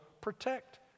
protect